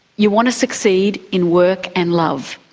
you want to succeed in work and love.